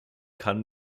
kann